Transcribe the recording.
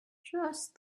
just